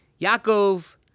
Yaakov